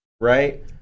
right